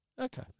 Okay